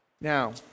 Now